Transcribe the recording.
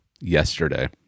yesterday